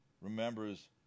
remembers